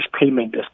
payment